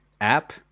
app